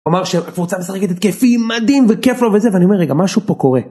הוא אמר שהקבוצה משחקת התקפי מדהים וכיף לו וזה, ואני אומר, רגע, משהו פה קורה